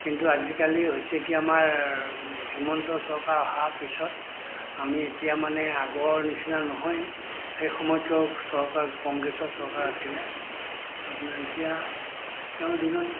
কিন্তু আজিকালি হৈছে কি আমাৰ হিমন্ত চৰকাৰ অহাৰ পিছত আমি এতিয়া মানে আগৰৰ নিচিনা নহয় সেই সময়তটো চৰকাৰ কংগ্ৰেছৰ চৰকাৰ আছিলে আপোনাৰ এতিয়া তেওঁৰ দিনত